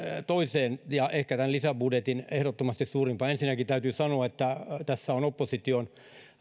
toiseen ja ehkä tämän lisäbudjetin ehdottomasti suurimpaan asiaan ensinnäkin täytyy sanoa että tässä on opposition